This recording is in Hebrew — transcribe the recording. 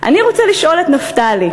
"אני רוצה לשאול את נפתלי,